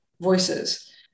voices